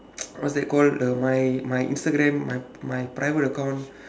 what's that called the my my Instagram my my private account